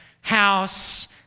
house